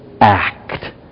act